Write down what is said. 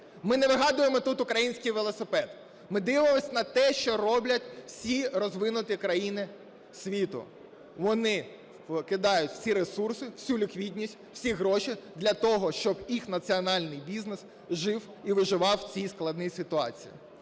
Ми не вигадуємо тут український велосипед. Ми дивимось на те, що роблять всі розвинуті країни світу. Вони кидають всі ресурси, всю ліквідність, всі гроші для того, щоб їх національний бізнес жив і виживав у цій складній ситуації.